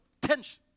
tension